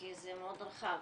כי זה מאוד רחב.